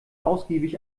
ausgiebig